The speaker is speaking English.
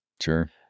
Sure